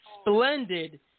splendid